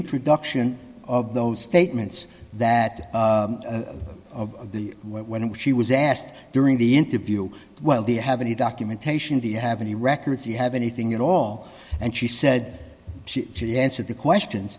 introduction of those statements that the when in which she was asked during the interview well they have any documentation the you have any records you have anything at all and she said she she answered the questions